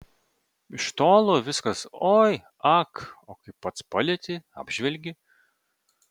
iš tolo viskas oi ak o kai pats palieti apžvelgi